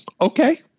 Okay